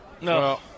No